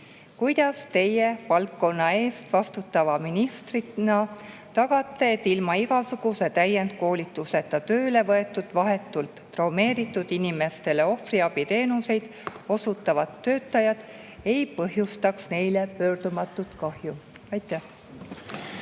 Kuidas teie valdkonna eest vastutava ministrina tagate, et ilma igasuguse täiendkoolituseta tööle võetud vahetult traumeeritud inimestele ohvriabiteenuseid osutavad töötajad ei põhjustaks neile pöördumatut kahju? Aitäh!